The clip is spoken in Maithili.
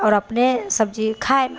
आओर अपने सब्जी खाइ